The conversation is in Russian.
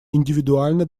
индивидуально